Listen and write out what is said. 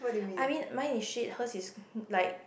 I mean mine is shit hers is like